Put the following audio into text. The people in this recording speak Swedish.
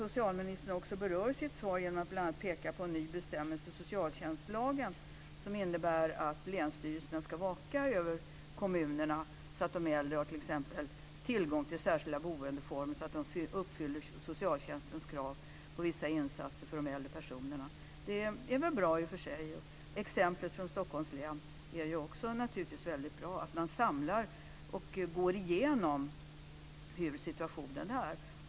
Socialministern pekar i sitt svar bl.a. på en ny bestämmelse i socialtjänstlagen, som innebär att länsstyrelsen ska vaka över kommunerna så att de äldre t.ex. får tillgång till särskilda boendeformer och att man därmed uppfyller socialtjänstens krav på vissa insatser för de äldre personerna. Det är väl bra i och för sig. Exemplet från Stockholms län är naturligtvis också väldigt bra, dvs. att man samlar in uppgifter och går igenom hur situationen är.